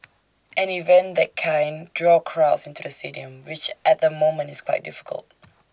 an event that kind draw crowds into the stadium which at the moment is quite difficult